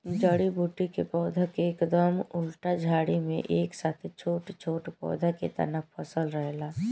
जड़ी बूटी के पौधा के एकदम उल्टा झाड़ी में एक साथे छोट छोट पौधा के तना फसल रहेला